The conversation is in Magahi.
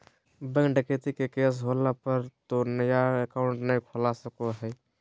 बैंक डकैती के केस होला पर तो नया अकाउंट नय खुला सको हइ